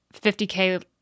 50k